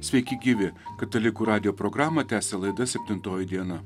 sveiki gyvi katalikų radijo programą tęsia laida septintoji diena